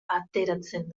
ateratzen